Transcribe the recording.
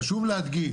חשוב להדגיש,